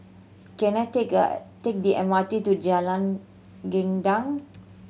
can I take a take the M R T to Jalan Gendang